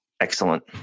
Excellent